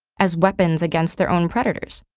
as weapons against their own predators.